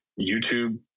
YouTube